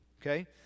okay